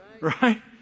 right